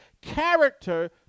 character